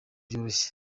byoroshye